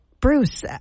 Bruce